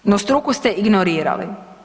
No struku ste ignorirali.